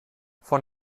von